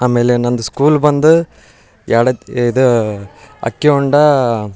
ಆಮೇಲೆ ನಂದು ಸ್ಕೂಲ್ ಬಂದು ಯಾಡತ್ ಇದು ಅಕ್ಕಿ ಹೊಂಡ